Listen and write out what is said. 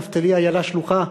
נפתלי איילה שלוחה.